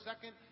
second